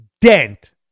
dent